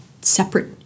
separate